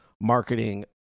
marketing